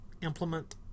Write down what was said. implement